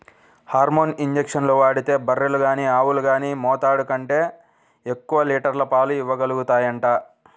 hormone ఇంజక్షన్లు వాడితే బర్రెలు గానీ ఆవులు గానీ మోతాదు కంటే ఎక్కువ లీటర్ల పాలు ఇవ్వగలుగుతాయంట